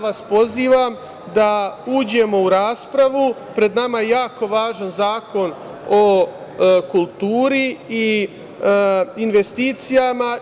Pozivam vas da uđemo u raspravu, pred nama je jako važan Zakon o kulturi i investicijama.